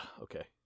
okay